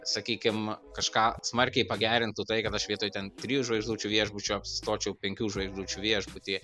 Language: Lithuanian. sakykim kažką smarkiai pagerintų tai kad aš vietoj ten trijų žvaigždučių viešbučio apsistočiau penkių žvaigždučių viešbuty